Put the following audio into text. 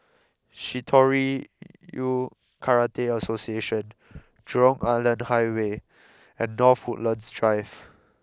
Shitoryu Karate Association Jurong Island Highway and North Woodlands Drive